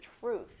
truth